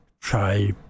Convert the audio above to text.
try